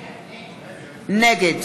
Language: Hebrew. נגד